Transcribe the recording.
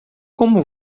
como